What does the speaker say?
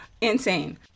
insane